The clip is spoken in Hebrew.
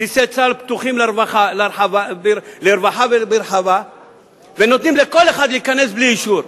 בסיסי צה"ל פתוחים לרווחה ונותנים לכל אחד להיכנס בלי אישור.